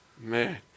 Man